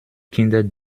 kinder